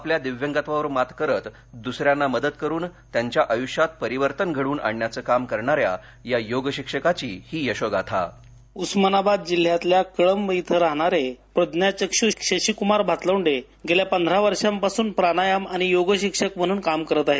आपल्या दिव्यंगत्वावर मात करत दूसऱ्याना मदत करून त्यांच्या आयुष्यात परिवर्तन घडवून आणण्याचं काम करणाऱ्या या योग शिक्षकाची ही यशोगाथा उस्मानाबाद जिल्ह्यात कळंब इथं राहणारे प्रज्ञा चक्षू शशिकुमार भातलवंडे गेल्या पंधरा वर्षांपासून प्राणायाम आणि योग शिक्षक म्हणून काम करत आहेत